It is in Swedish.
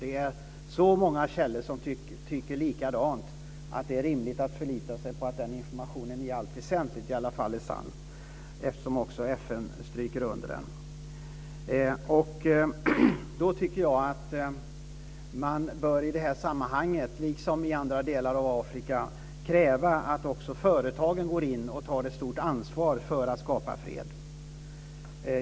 Det är så många källor som tycker likadant att det är rimligt att förlita sig på att den informationen i allt väsentligt i alla fall är sann, eftersom också FN stryker under den. Då tycker jag att man i det här sammanhanget, liksom i andra delar av Afrika, bör kräva att också företagen tar ett stort ansvar för att skapa fred.